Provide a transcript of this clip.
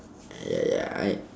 ya ya I